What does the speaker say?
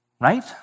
right